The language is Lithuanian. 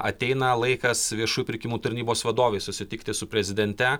ateina laikas viešųjų pirkimų tarnybos vadovei susitikti su prezidente